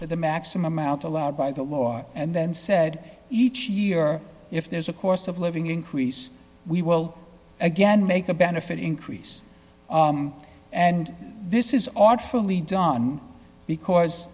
the maximum out allowed by the law and then said each year if there's a cost of living increase we will again make a benefit increase and this is artfully done because